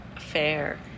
fair